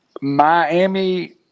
Miami